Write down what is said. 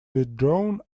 withdrawn